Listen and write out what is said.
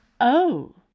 Oh